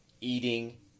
eating